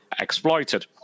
exploited